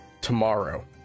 tomorrow